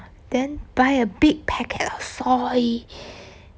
then buy a big packet of soil